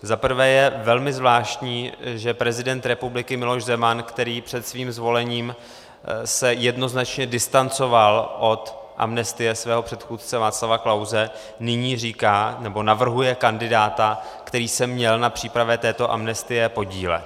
Za prvé je velmi zvláštní, že prezident republiky Miloš Zeman, který se před svým zvolením jednoznačně distancoval od amnestie svého předchůdce Václava Klause, nyní navrhuje kandidáta, který se měl na přípravě této amnestie podílet.